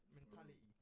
mentality